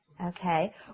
Okay